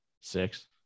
Six